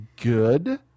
good